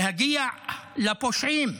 ולהגיע לפושעים.